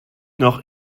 noch